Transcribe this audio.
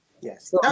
yes